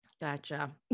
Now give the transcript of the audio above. Gotcha